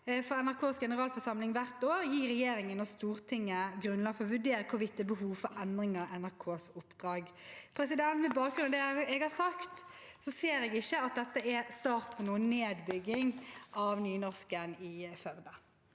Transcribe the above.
for NRKs generalforsamling hvert år, gir regjeringen og Stortinget grunnlag for å vurdere hvorvidt det er behov for endringer i NRKs oppdrag. Med bakgrunn i det jeg har sagt, ser jeg ikke at dette er starten på en nedbygging av nynorsken i Førde.